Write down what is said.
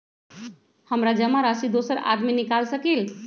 हमरा जमा राशि दोसर आदमी निकाल सकील?